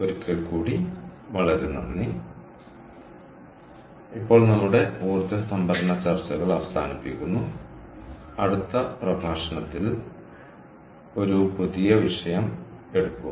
ഒരിക്കൽ കൂടി വളരെ നന്ദി ഇപ്പോൾ നമ്മുടെ ഊർജ്ജ സംഭരണ ചർച്ചകൾ അവസാനിപ്പിക്കുന്നു അടുത്ത പ്രഭാഷണത്തിൽ ഒരു പുതിയ വിഷയം എടുക്കും